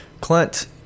Clint